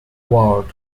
ward